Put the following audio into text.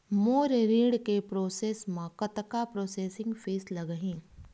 मोर ऋण के प्रोसेस म कतका प्रोसेसिंग फीस लगही?